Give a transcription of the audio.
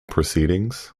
proceedings